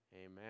amen